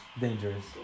Dangerous